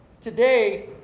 today